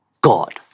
God